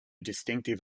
distinctive